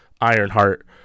Ironheart